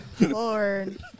Lord